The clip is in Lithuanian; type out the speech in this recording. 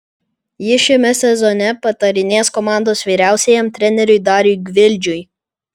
jis šiame sezone patarinės komandos vyriausiajam treneriui dariui gvildžiui